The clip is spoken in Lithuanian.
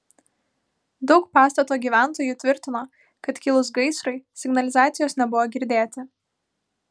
daug pastato gyventojų tvirtino kad kilus gaisrui signalizacijos nebuvo girdėti